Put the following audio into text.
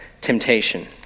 temptation